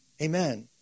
Amen